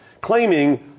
claiming